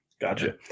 Gotcha